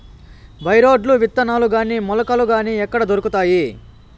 By రోడ్లు విత్తనాలు గాని మొలకలు గాని ఎక్కడ దొరుకుతాయి?